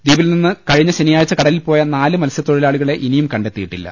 ദ്വീപിൽ നിന്ന് കഴിഞ്ഞ ശനിയാഴ്ച കടലിൽ പോയ നാല് മത്സ്യ തൊഴിലാളികളെ ഇനിയും കണ്ടെത്തിയിട്ടില്ല